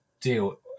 deal